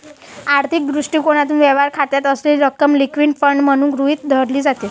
आर्थिक दृष्टिकोनातून, व्यवहार खात्यात असलेली रक्कम लिक्विड फंड म्हणून गृहीत धरली जाते